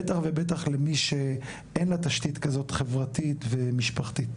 בטח ובטח למי שאין לה תשתית כזאת חברתית ומשפחתית.